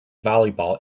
volleyball